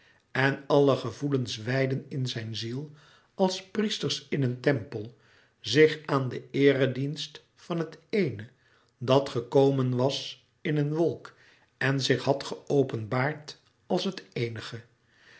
en alle gevoelens wijdden in zijn ziel als priesters in een tempel zich aan den eeredienst van het eene dat gekomen was in een wolk en zich had geopenbaard als het eenige